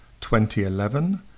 2011